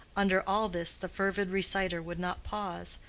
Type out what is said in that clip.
under all this the fervid reciter would not pause,